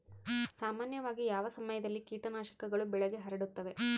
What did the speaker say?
ಸಾಮಾನ್ಯವಾಗಿ ಯಾವ ಸಮಯದಲ್ಲಿ ಕೇಟನಾಶಕಗಳು ಬೆಳೆಗೆ ಹರಡುತ್ತವೆ?